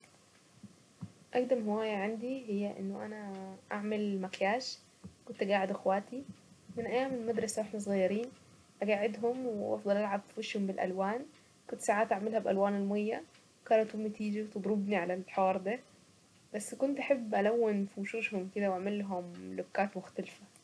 ايضا هواية عندي هي انه انا اعمل مكياج كنت اقعد اخواتي من ايام المدرسة واحنا صغيرين اقعدهم وافضل العب في وشهم بالالوان كنت ساعات اعملها بالوان المية وكانت امي تيجي وتضربني على الحوار ده بس كنت احب الون في وشوشهم كده واعمل لهم لوكات مختلفة.